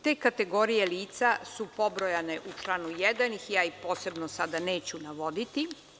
Te kategorije lica su pobrojane u članu 1. i ja ih posebno sada neću navoditi.